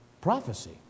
prophecy